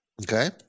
Okay